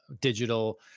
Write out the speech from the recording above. digital